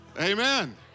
Amen